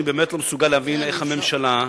אני באמת לא מסוגל להבין איך הממשלה,